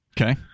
Okay